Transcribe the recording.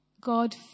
God